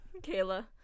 Kayla